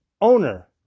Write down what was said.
owner